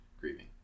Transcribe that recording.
grieving